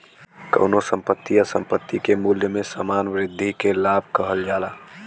कउनो संपत्ति या संपत्ति के मूल्य में सामान्य वृद्धि के लाभ कहल जाला